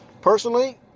personally